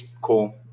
cool